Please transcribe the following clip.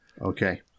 Okay